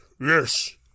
yes